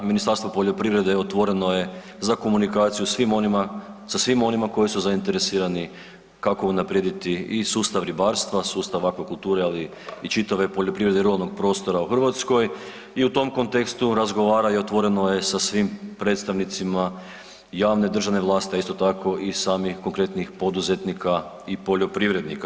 Ministarstvo poljoprivrede otvoreno je za komunikaciju svim onima, sa svim onima koji su zainteresirani kako unaprijediti i sustav ribarstva, sustav akvakulture, ali i čitave poljoprivrede i ruralnog prostora u Hrvatskoj i u tom kontekstu razgovara i otvoreno je sa svim predstavnicima javne državne vlasti, a isto tako i samih konkretnih poduzetnika i poljoprivrednika.